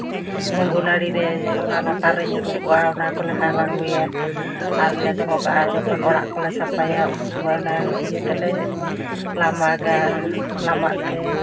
ᱜᱷᱩᱸᱜᱩ ᱱᱟᱹᱲᱤ ᱨᱮ ᱚᱱᱟ ᱞᱟᱛᱟᱨ ᱨᱮ ᱧᱩᱨᱩ ᱠᱚᱜᱼᱟ ᱟᱨ ᱚᱱᱟ ᱠᱚᱞᱮ ᱦᱟᱞᱟᱝ ᱟᱹᱜᱩᱭᱟ ᱟᱨᱞᱮ ᱫᱚᱦᱚ ᱠᱟᱜᱼᱟ ᱡᱚᱠᱷᱚᱱ ᱚᱲᱟᱜ ᱠᱚᱞᱮ ᱥᱟᱯᱷᱟᱭᱟ ᱩᱱ ᱥᱚᱢᱚᱭ ᱚᱱᱟ ᱤᱭᱟᱹ ᱛᱮᱞᱮ ᱞᱟᱢᱟᱜᱼᱟ ᱞᱟᱢᱟᱜ ᱛᱮ